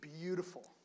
beautiful